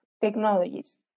technologies